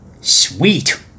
sweet